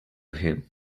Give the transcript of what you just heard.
him